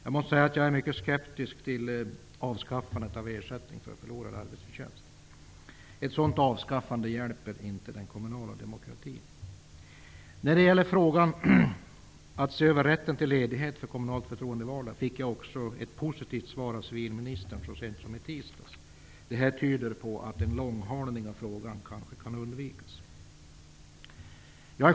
Jag måste säga att jag är mycket skeptisk till avskaffandet av ersättning för förlorad arbetsförtjänst. Ett sådant avskaffande hjälper inte den kommunala demokratin. När det gäller frågan om att se över rätten till ledighet för kommunalt förtroendevalda fick jag ett positivt svar av civilministern så sent som i tisdags. Detta tyder på att en långhalning av frågan kanske kan undvikas.